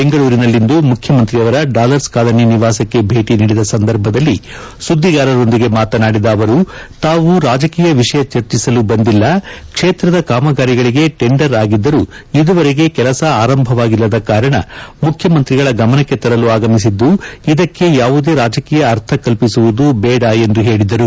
ಬೆಂಗಳೂರಿನಲ್ಲಿಂದು ಮುಖ್ಯಮಂತ್ರಿ ಅವರ ಡಾಲರ್ಸ್ ಕಾಲನಿ ನಿವಾಸಕ್ಕೆ ಭೇಟಿ ನೀಡಿದ ಸಂದರ್ಭದಲ್ಲಿ ಸುದ್ದಿಗಾರರೊಂದಿಗೆ ಮಾತನಾದಿದ ಅವರು ತಾವು ರಾಜಕೀಯ ವಿಷಯ ಚರ್ಚಿಸಲು ಬಂದಿಲ್ಲ ಕ್ಷೇತ್ರದ ಕಾಮಗಾರಿಗಳಿಗೆ ಟೆಂಡರ್ ಆಗಿದ್ದರೂ ಇದುವರೆಗೆ ಕೆಲಸ ಆರಂಭವಾಗಿಲ್ಲದ ಕಾರಣ ಮುಖ್ಯಮಂತ್ರಿಗಳ ಗಮನಕ್ಕೆ ತರಲು ಆಗಮಿಸಿದ್ದು ಇದಕ್ಕೆ ಯಾವುದೇ ರಾಜಕೀಯ ಅರ್ಥ ಕಲ್ಪಿಸುವುದು ಬೇಡ ಎಂದು ಹೇಳಿದರು